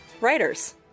Writers